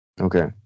Okay